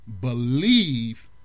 believe